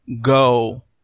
go